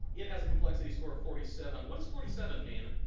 it has a complexity score of forty seven. what does forty seven mean?